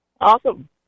Awesome